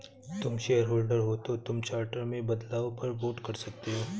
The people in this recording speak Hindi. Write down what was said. तुम शेयरहोल्डर हो तो तुम चार्टर में बदलाव पर वोट कर सकते हो